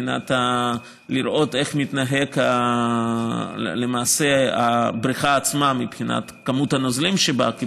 כדי לראות איך מתנהלת למעשה הבריכה עצמה מבחינת כמות הנוזלים שבה,